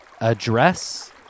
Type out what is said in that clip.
address